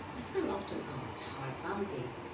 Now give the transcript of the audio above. as i'm often asked how i found these,